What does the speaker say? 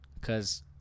Cause